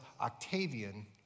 Octavian